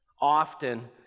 often